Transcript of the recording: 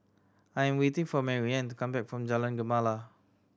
I am waiting for Marianne to come back from Jalan Gemala